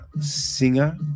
Singer